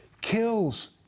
kills